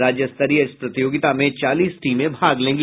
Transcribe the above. राज्य स्तरीय इस प्रतियोगिता में चालीस टीमें भाग लेंगी